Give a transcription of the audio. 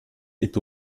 est